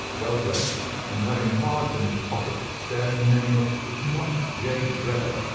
well dressed, and having cards in his pocket bearing the name of enoch j. drebber,